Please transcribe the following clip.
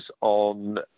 on